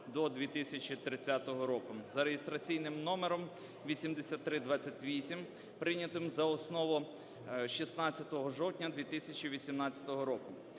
до 2030 року за реєстраційним номером 8328, прийнятим за основу 16 жовтня 2018 року.